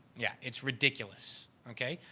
yeah, it's ridiculous, okay.